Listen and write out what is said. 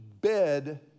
bed